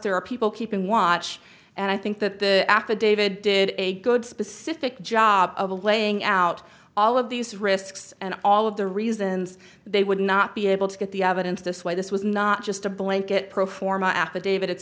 there are people keeping watch and i think that the affidavit did a good specific job of laying out all of these risks and all of the reasons they would not be able to get the evidence this way this was not just a blanket pro forma affidavit it's